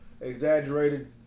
exaggerated